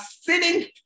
sitting